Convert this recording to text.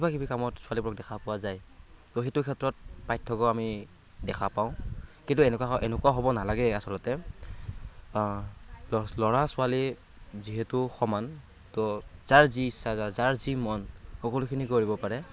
কিবা কিবি কামত ছোৱালীবোৰক দেখা পোৱা যায় ত' সেইটো ক্ষেত্ৰত পাৰ্থক্য আমি দেখা পাওঁ কিন্তু এনেকুৱা এনেকুৱা হ'ব নালাগে আচলতে ল'ৰা ছোৱালী যিহেতু সমান ত' যাৰ যি ইচ্ছা যাৰ যি মন সকলোখিনি কৰিব পাৰে